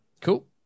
Cool